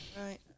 right